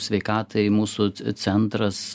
sveikatai mūsų centras